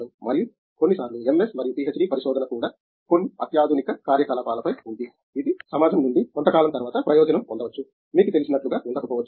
మరియు కొన్నిసార్లు MS మరియు PhD పరిశోధన కూడా కొన్ని అత్యాధునిక కార్యకలాపాలపై ఉంది ఇది సమాజం నుండి కొంతకాలం తర్వాత ప్రయోజనం పొందవచ్చు మీకు తెలిసినట్లుగా ఉండకపోవచ్చు